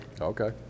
Okay